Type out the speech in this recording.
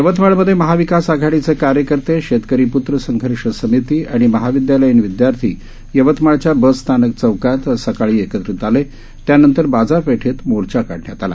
यवतमाळमध्येमहाविकासआघाडीचेकार्यकर्ते शेतकरीप्त्रसंघर्षसमितीआणिमहाविद्यालयीनविद्यार्थीयवतमाळच्याबसस्थानकचौकातसकाळीएकत्रितआ त्यानंतरबाजारपेठेतमोर्चाकाढण्यातआला